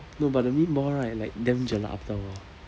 no but the meatball right like damn jelak after a while